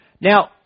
Now